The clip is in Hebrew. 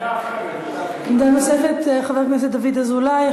עמדה נוספת, חבר הכנסת דוד אזולאי.